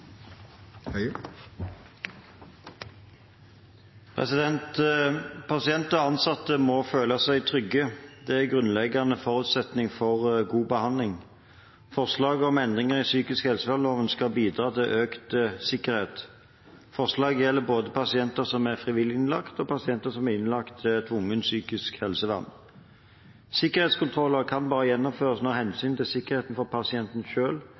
grunnleggende forutsetning for god behandling. Forslagene om endringer i psykisk helsevernloven skal bidra til økt sikkerhet. Forslagene gjelder både pasienter som er frivillig innlagt, og pasienter som er innlagt til tvungent psykisk helsevern. Sikkerhetskontroller kan bare gjennomføres når hensynet til sikkerheten for pasienten